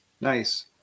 Nice